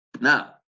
Now